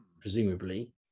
presumably